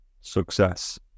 success